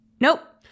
Nope